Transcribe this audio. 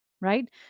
right